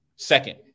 Second